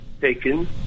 taken